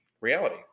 reality